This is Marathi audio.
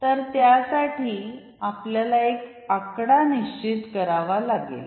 तर त्यासाठी आपल्याला एक आकडा निश्चित करावा लागेल